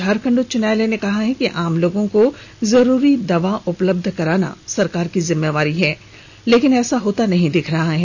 झारखंड उच्च न्यायालय ने कहा है कि आम लोगों को जरुरी दवा उपलब्ध कराना सरकार की जिम्मेवारी है लेकिन ऐसा होता दिख नहीं रहा है